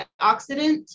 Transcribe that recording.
antioxidant